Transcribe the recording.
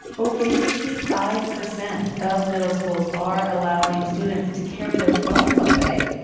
over fifty five percent of middle schools are allowing students to carry their phones all day.